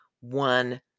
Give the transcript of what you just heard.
one